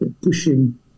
pushing